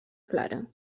clara